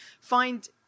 find